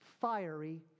fiery